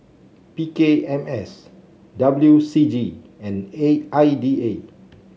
P K M S W C G and A I D A